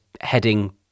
heading